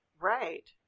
Right